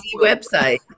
website